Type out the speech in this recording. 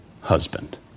husband